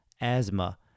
asthma